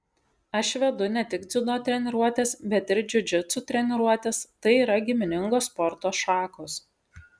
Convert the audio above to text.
aš vedu ne tik dziudo treniruotes bet ir džiudžitsu treniruotes tai yra giminingos sporto šakos